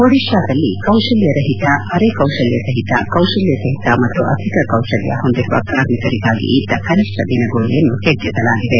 ಒಡಿಶಾದಲ್ಲಿ ಕೌಶಲ್ತ ರಹಿತ ಅರೆ ಕೌಶಲ್ತ ಸಹಿತ ಕೌಶಲ್ತ ಸಹಿತ ಮತ್ತು ಅಧಿಕ ಕೌಶಲ್ತ ಹೊಂದಿರುವ ಕಾರ್ಮಿಕರಿಗಾಗಿ ಇದ್ದು ಕನಿಷ್ಠ ದಿನಗೂಲಿಯನ್ನು ಪೆಚ್ಚಿಸಲಾಗಿದೆ